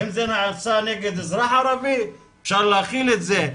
אם זה נעשה נגד אזרח ערבי, אפשר להכיל את זה.